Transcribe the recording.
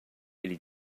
ele